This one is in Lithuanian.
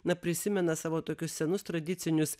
na prisimena savo tokius senus tradicinius